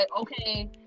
okay